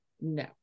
No